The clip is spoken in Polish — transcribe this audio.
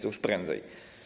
To już prędzej.